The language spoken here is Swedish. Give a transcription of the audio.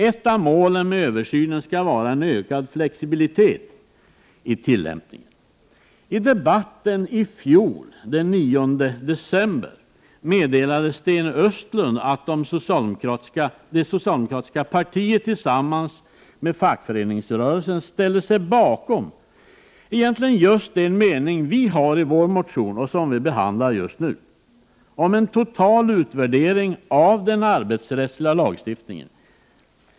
Ett av målen med översynen skall vara en ökad flexibilitet i tillämpningen. I debatten i fjol, den 9 december, meddelade Sten Östlund att det socialdemokratiska partiet tillsammans med fackföreningsrörelsen ställde sig bakom egentligen just den mening som vi har i vår motion och som vi behandlar just nu om en total utvärdering av den arbetsrättsliga lagstiftningen.